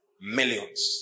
Millions